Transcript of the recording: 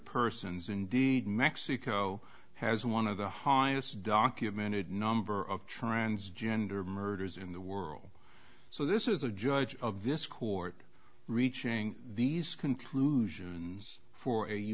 persons indeed mexico has one of the highest documented number of transgender murders in the world so this is a judge of this court reaching these conclusions for a